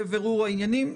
--- לבירור העניינים.